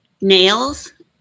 nails